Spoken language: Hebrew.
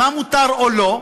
מה מותר או לא,